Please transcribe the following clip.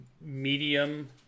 medium